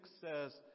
says